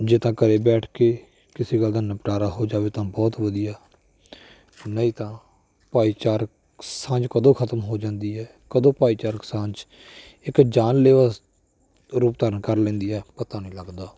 ਜੇ ਤਾਂ ਘਰੇ ਬੈਠ ਕੇ ਕਿਸੇ ਗੱਲ ਦਾ ਨਿਪਟਾਰਾ ਹੋ ਜਾਵੇ ਤਾਂ ਬਹੁਤ ਵਧੀਆ ਨਹੀਂ ਤਾਂ ਭਾਈਚਾਰਕ ਸਾਂਝ ਕਦੋਂ ਖਤਮ ਹੋ ਜਾਂਦੀ ਹੈ ਕਦੋਂ ਭਾਈਚਾਰਕ ਸਾਂਝ ਇੱਕ ਜਾਨਲੇਵਾ ਰੂਪ ਧਾਰਨ ਕਰ ਲੈਂਦੀ ਹੈ ਪਤਾ ਨਹੀਂ ਲੱਗਦਾ